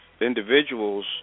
Individuals